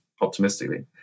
optimistically